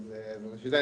ראשית,